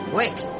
wait